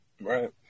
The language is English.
Right